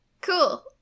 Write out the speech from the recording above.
Cool